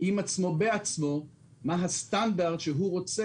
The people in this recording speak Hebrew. עם עצמו ובעצמו מה הסטנדרט שהוא רוצה